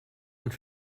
und